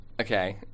Okay